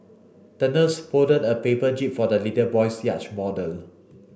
the nurse folded a paper jib for the little boy's yacht model